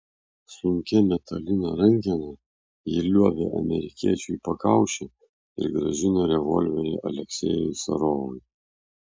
sunkia metaline rankena ji liuobė amerikiečiui į pakaušį ir grąžino revolverį aleksejui serovui